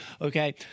Okay